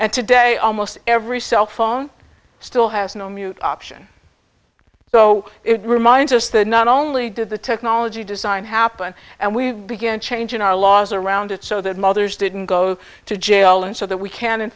and today almost every cell phone still has no mute option so it reminds us that not only did the technology design happen and we began changing our laws around it so that mothers didn't go to jail and so that we can in